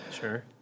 Sure